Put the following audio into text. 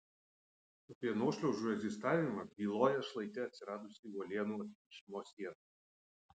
apie nuošliaužų egzistavimą byloja šlaite atsiradusi uolienų atplyšimo siena